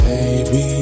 Baby